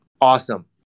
awesome